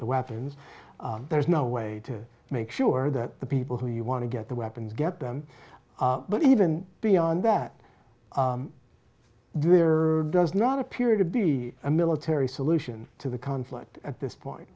the weapons there's no way to make sure that the people who you want to get the weapons get them but even beyond that there does not appear to be a military solution to the conflict at this point